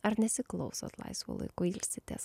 ar nesiklausot laisvu laiku ilsitės